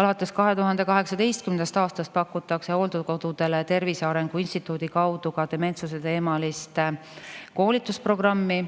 Alates 2018. aastast pakutakse hooldekodudele Tervise Arengu Instituudi kaudu ka dementsuseteemalist koolitusprogrammi,